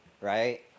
right